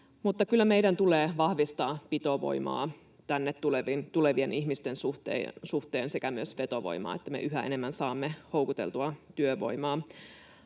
meidän tulee vahvistaa pitovoimaa tänne tulevien ihmisten suhteen sekä myös vetovoimaa, että me yhä enemmän saamme houkuteltua työvoimaa.